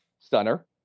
stunner